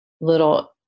little